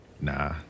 Nah